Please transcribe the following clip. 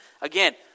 Again